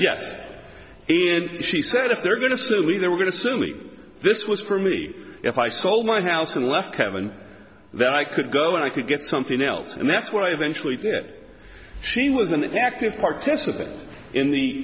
yet she said if they're going to leave they were going to sue me this was for me if i sold my house and left heaven that i could go and i could get something else and that's what i eventually did she was an active participant in the